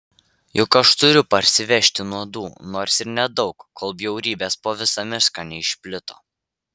juk aš turiu parsivežti nuodų nors ir nedaug kol bjaurybės po visą mišką neišplito